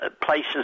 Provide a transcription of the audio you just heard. places